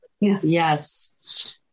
Yes